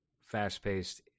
fast-paced